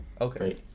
Okay